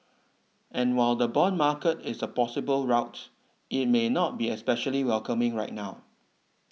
and while the bond market is a possible route it may not be especially welcoming right now